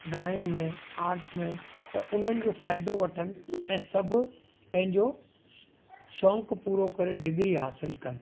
drawing में arts में त उन्हनि जो फ़ाइदो वठनि ऐं सभु पंहिंजो शौक़ु पूरो करे डिग्री हासिल कनि